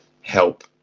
help